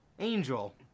Angel